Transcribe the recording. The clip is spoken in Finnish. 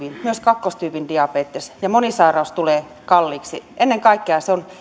myös kakkostyypin diabetes ja moni sairaus tulee kalliiksi ennen kaikkea se on